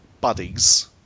buddies